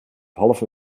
halve